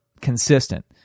consistent